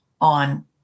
on